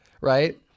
right